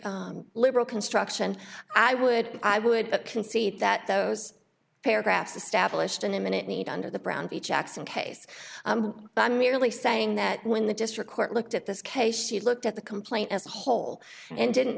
a liberal construction i would i would concede that those paragraphs established an imminent need under the brown v jackson case but i'm merely saying that when the district court looked at this case you looked at the complaint as a whole and didn't